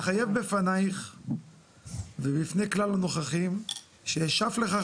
אני מתחייב בפניך ובפני כלל הנוכחים שאשאף לכך,